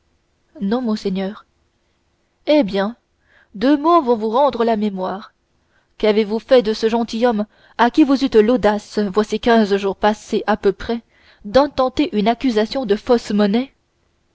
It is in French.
non monseigneur eh bien deux mots vont vous rendre la mémoire qu'avez-vous fait de ce gentilhomme à qui vous eûtes l'audace voici quinze jours passés à peu près d'intenter une accusation de fausse monnaie